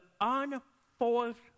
unforced